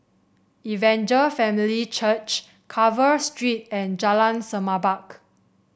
Evangel Family Church Carver Street and Jalan Semerbak